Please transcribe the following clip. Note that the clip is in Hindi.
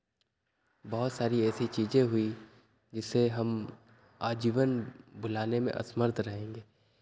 बहुत सारी ऐसी चीजें हुईं जिसे हम आजीवन भुलाने में असमर्थ रहेंगे